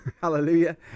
Hallelujah